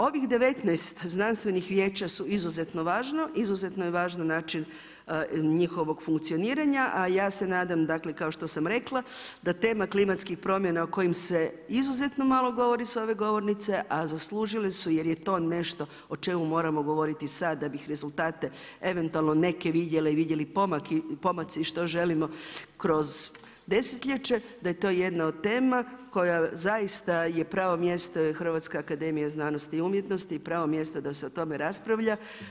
Ovih 19 znanstvenih vijeća su izuzetno važno, izuzetno je važno način njihovog funkcioniranja, a ja se nadam, dakle kao što sam rekla da tema klimatskih promjena o kojim se izuzetno malo govori sa ove govornice, a zaslužili su jer je to nešto o čemu moramo govoriti sad da bi rezultate eventualno neke vidjeli i vidjeli pomaci što želimo kroz desetljeće, da je to jedna od tema koja zaista je pravo mjesto Hrvatska akademija znanosti i umjetnosti i pravo mjesto da se o tome raspravlja.